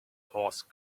horse